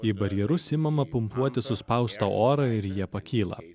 į barjerus imama pumpuoti suspaustą orą ir jie pakyla